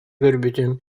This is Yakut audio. көрбүтүм